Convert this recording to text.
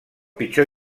pitjor